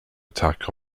attack